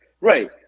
Right